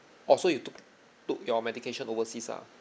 orh so you took took your medication overseas lah